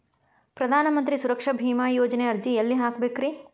ಪ್ರಧಾನ ಮಂತ್ರಿ ಸುರಕ್ಷಾ ಭೇಮಾ ಯೋಜನೆ ಅರ್ಜಿ ಎಲ್ಲಿ ಹಾಕಬೇಕ್ರಿ?